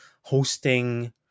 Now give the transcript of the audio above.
hosting